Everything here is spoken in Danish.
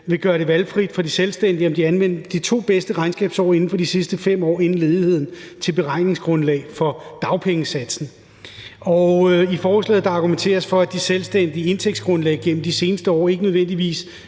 villet gøre det valgfrit for de selvstændige, om de anvendte de to bedste regnskabsår inden for de sidste 5 år inden ledigheden som beregningsgrundlag for dagpengesatsen. I forslaget argumenteres for, at de selvstændiges indtægtsgrundlag gennem de seneste år ikke nødvendigvis